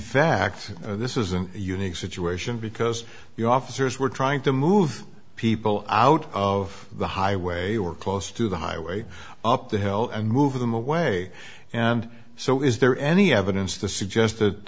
fact this is an unique situation because the officers were trying to move people out of the highway or close to the highway up the hill and move them away and so is there any evidence to suggest that